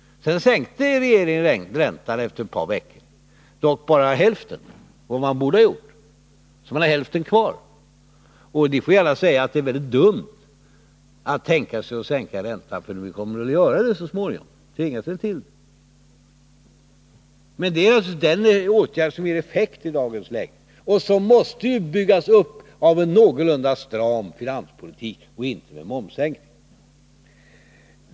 Sedan sänkte regeringen räntan efter ett par veckor — dock bara hälften så mycket som man borde ha gjort, så man har hälften kvar. Ni får gärna säga att det är väldigt dumt att tänka sig att sänka räntan. Ni kommer väl att sänka den så småningom, när ni tvingas till det. Men det är alltså den åtgärd som ger effekt i dagens läge och som måste byggas upp av en någorlunda stram finanspolitik och inte med en momssänkning.